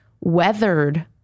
weathered